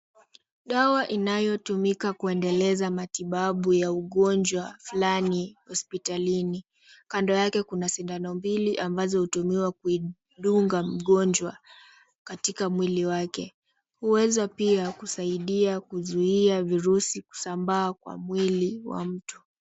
Dawa inayotumika kuendeleza matibabu ya ugonjwa fulani hospitalini. Kando yake kuna sindano mbili ambazo hutumiwa kuidunga mgonjwa katika mwili wake, huweza pia kusaidia kuzuia virusi kusambaa kwa mwili wa mtu.